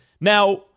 Now